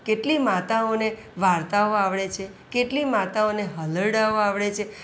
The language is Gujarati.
કેટલી માતાઓને વાર્તાઓ આવડે છે કેટલી માતાઓને હાલરડાઓ આવડે છે